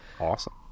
awesome